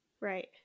Right